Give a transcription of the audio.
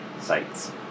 sites